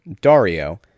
Dario